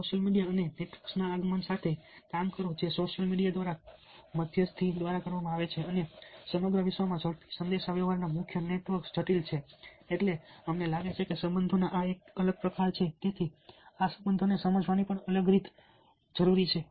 social media અને નેટવર્ક્સના આગમન સાથે કામ કરો જે સોશિયલ મીડિયા દ્વારા મધ્યસ્થી દ્વારા કરવામાં આવે છે અને સમગ્ર વિશ્વમાં ઝડપી સંદેશાવ્યવહારના ખૂબ જટિલ નેટવર્ક્સ છે એટલે અમને લાગે છે કે સંબંધોનો આ એક અલગ પ્રકાર તેથી આ સંબંધોને સમજવાની અલગ રીત જરૂરી છે